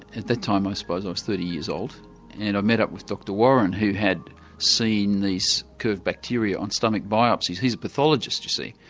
at that time i suppose i was thirty years old and i met up with dr warren, who had seen these curved bacteria on stomach biopsies. he's a pathologist you see.